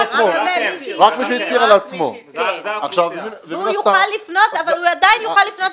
רק לגבי מי שהצהיר והוא עדין יוכל לפנות ולבקש.